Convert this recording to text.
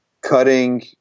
cutting